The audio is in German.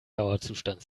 dauerzustand